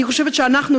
אני חושבת שאנחנו,